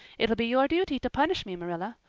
it'll be your duty to punish me, marilla.